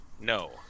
No